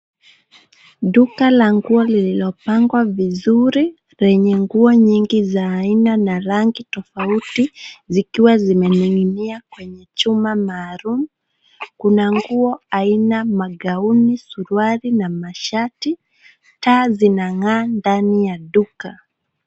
Duka la nguo lililopangwa vizuri lenye nguo nyingi za aina na rangi tofauti zikiwa zimening'inia kwenye chuma maalum. Kuna nguo aina magauni, suruali na shati. Taa zinang'aa ndani ya duka.